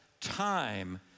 time